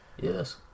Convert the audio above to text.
Yes